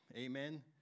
Amen